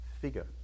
figure